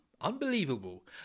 unbelievable